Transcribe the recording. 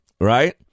right